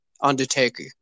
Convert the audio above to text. Undertaker